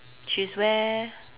she's wear